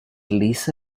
lisa